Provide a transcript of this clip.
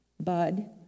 Bud